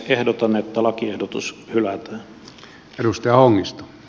ehdotan että lakiehdotus hylätään